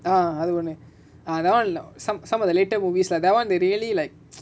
ah அது ஒன்னு ஆனாலு:athu onnu aanaalu some some of the later movies lah that one they really like